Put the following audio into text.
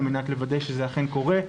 על מנת לוודא שזה אכן קורה.